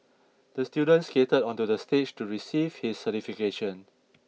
the student skated onto the stage to receive his certification